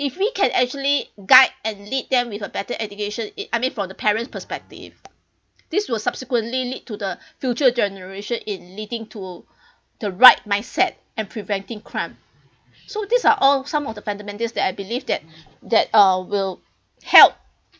if we can actually guide and lead them with a better education it I mean from the parents' perspective this will subsequently lead to the future generation in leading to the right mindset and preventing crime so these are all some of the fundamentals that I believe that that uh will help